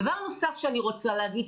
דבר נוסף שאני רוצה להגיד,